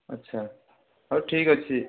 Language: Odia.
ଆଚ୍ଛା ହଉ ଠିକ୍ ଅଛି